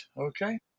Okay